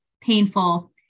painful